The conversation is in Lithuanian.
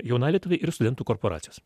jaunalietuviai ir studentų korporacijos